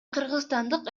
кыргызстандык